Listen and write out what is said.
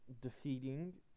defeating